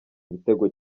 ibitego